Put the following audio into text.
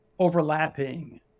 overlapping